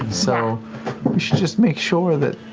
so we should just make sure that